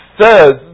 says